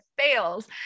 fails